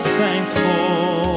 thankful